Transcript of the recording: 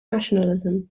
nationalism